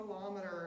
kilometers